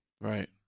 Right